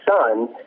son